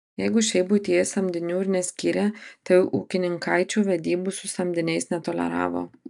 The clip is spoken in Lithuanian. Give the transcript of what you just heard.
jeigu šiaip buityje samdinių ir neskyrę tai ūkininkaičių vedybų su samdiniais netoleravo